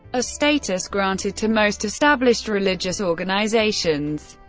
a status granted to most established religious organizations.